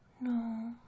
No